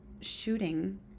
shooting